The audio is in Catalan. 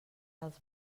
dels